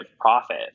Profit